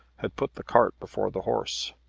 had put the cart before the horse.